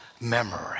memory